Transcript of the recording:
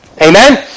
Amen